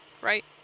Right